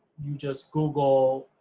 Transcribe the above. you just google,